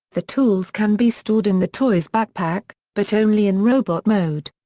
the tools can be stored in the toy's backpack, but only in robot mode.